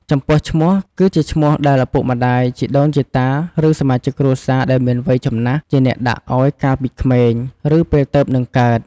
ចំពោះឈ្មោះ គឺជាឈ្មោះដែលឪពុកម្តាយ ជីដូនជីតា ឬ សមាជិកគ្រួសារដែលមានវ័យចំណាស់ជាអ្នកដាក់ឲ្យកាលពីក្មេង ឬពេលទើបនិងកើត។